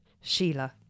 Sheila